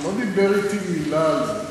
לא דיבר אתי מילה על זה,